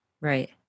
Right